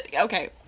Okay